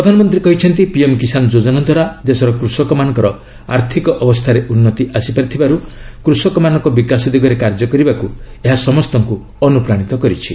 ପ୍ରଧାନମନ୍ତ୍ରୀ କହିଛନ୍ତି ପିଏମ୍ କିଷାନ ଯୋଜନା ଦ୍ୱାରା ଦେଶର କୃଷକମାନଙ୍କର ଆର୍ଥିକ ଅବସ୍ଥାରେ ଉନ୍ନତି ଆସିପାରିଥିବାରୁ' କୃଷକମାନଙ୍କ ବିକାଶ ଦିଗରେ କାର୍ଯ୍ୟ କରିବାକୁ ଏହା ସମସ୍ତଙ୍କୁ ଅନୁପ୍ରାଣିତ କରିଛି